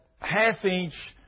half-inch